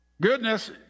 Goodness